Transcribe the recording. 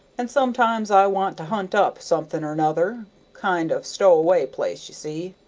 and sometimes i want to hunt up something or nother kind of stow-away place, ye see.